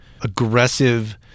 aggressive